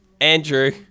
Andrew